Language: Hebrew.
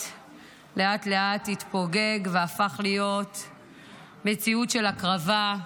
לאט-לאט התפוגג והפך להיות מציאות של הקרבה,